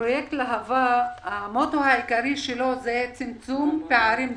פרויקט להב"ה המוטו העיקרי שלו צמצום פערים דיגיטליים.